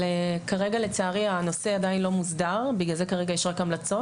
אבל כרגע לצערי הנושא עדין לא מוסדר ובגלל זה יש רק המלצות